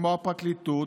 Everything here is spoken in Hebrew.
כמו הפרקליטות,